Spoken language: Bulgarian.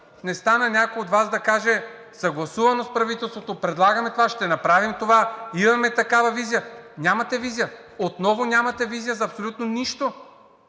не стана някой от Вас да каже: съгласувано с правителството, предлагаме това, ще направим това, имаме такава визия. Нямате визия! Отново нямате визия за абсолютно нищо.